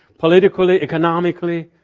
politically, economically,